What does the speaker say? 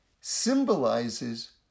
symbolizes